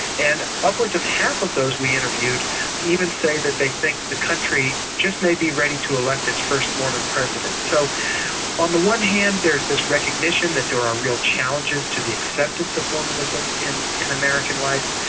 and upwards of half of those we interviewed even say that they think the country just may be ready to elect its first mormon president. so on the one hand there's this recognition that there are are real challenges to the acceptance of mormonism in in american life,